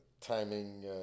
Timing